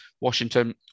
Washington